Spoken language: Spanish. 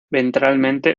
ventralmente